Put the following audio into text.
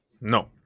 No